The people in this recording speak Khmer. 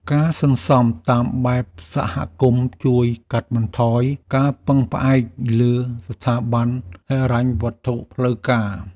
ការសន្សំតាមបែបសហគមន៍ជួយកាត់បន្ថយការពឹងផ្អែកលើស្ថាប័នហិរញ្ញវត្ថុផ្លូវការ។